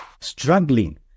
struggling